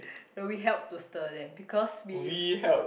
so we helped to stir them because we